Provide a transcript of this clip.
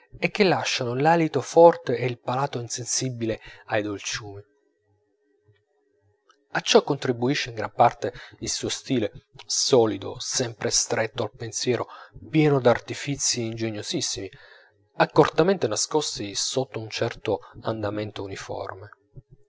e che lasciano l'alito forte e il palato insensibile ai dolciumi a ciò contribuisce in gran parte il suo stile solido sempre stretto al pensiero pieno d'artifizi ingegnosissimi accortamente nascosti sotto un certo andamento uniforme